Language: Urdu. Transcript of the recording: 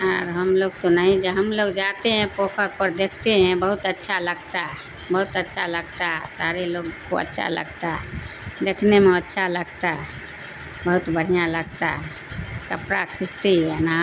اور ہم لوگ تو نہیں جا ہم لوگ جاتے ہیں پوکھر پر دیکھتے ہیں بہت اچھا لگتا بہت اچھا لگتا سارے لوگ کو اچھا لگتا ہے دیکھنے میں اچھا لگتا بہت بڑھیا لگتا ہے کپڑا کھینچتے ہی ہے نا